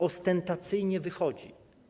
Ostentacyjnie wychodzi.